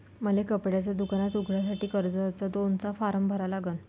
मले कपड्याच दुकान उघडासाठी कर्जाचा कोनचा फारम भरा लागन?